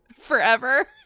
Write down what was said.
Forever